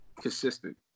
consistent